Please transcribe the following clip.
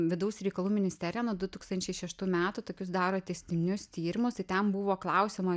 vidaus reikalų ministerija nuo du tūkstančiai šeštų metų tokius daro tęstinius tyrimus tai ten buvo klausiama